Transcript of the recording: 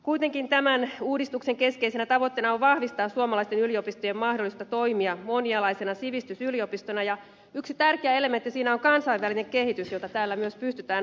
kuitenkin tämän uudistuksen keskeisenä tavoitteena on vahvistaa suomalaisten yliopistojen mahdollisuutta toimia monialaisena sivistysyliopistona ja yksi tärkeä elementti siinä on kansainvälinen kehitys jota tällä myös pystytään vahvistamaan